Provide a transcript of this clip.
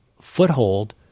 foothold